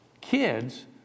Kids